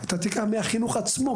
מהחינוך עצמו,